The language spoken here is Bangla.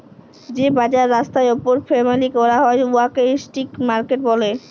যে বাজার রাস্তার উপর ফ্যাইলে ক্যরা হ্যয় উয়াকে ইস্ট্রিট মার্কেট ব্যলে